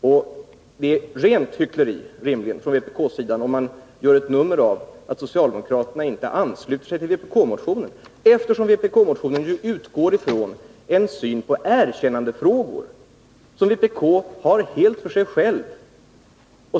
Och det är ett rent hyckleri från vpk-sidan att göra ett nummer av att socialdemokraterna inte ansluter sig till vpk-motionen, eftersom den ju utgår från en syn på erkännandefrågor som vpk har helt för sig själv.